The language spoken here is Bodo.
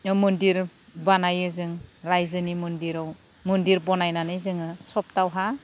मन्दिर बानायो जों रायजोनि मन्दिराव मन्दिर बानायनानै जोङो सप्तावहा